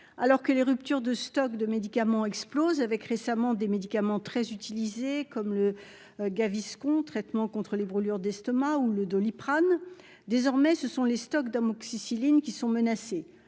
alors que les ruptures de stock de médicaments explosent avec récemment des médicaments très utilisés, comme le Gaviscon, traitement contre les brûlures d'estomac ou le Doliprane, désormais ce sont les stocks d'amoxicilline qui sont menacés,